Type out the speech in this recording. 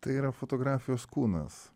tai yra fotografijos kūnas